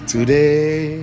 Today